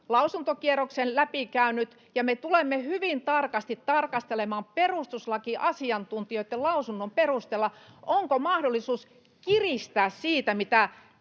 lausuntokierroksen läpikäynyt. Me tulemme hyvin tarkasti tarkastelemaan perustuslakiasiantuntijoitten lausunnon perusteella, onko mahdollisuus kiristää siitä, mitä